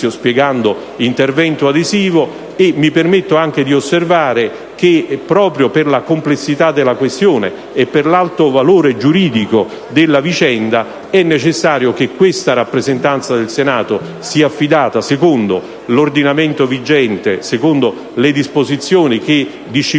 spiegando l'intervento adesivo. Mi permetto di osservare che, proprio per la complessità della questione e per l'alto valore giuridico della vicenda, è necessario che questa rappresentanza del Senato sia affidata, secondo l'ordinamento vigente e le disposizioni che disciplinano